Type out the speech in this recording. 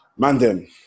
Mandem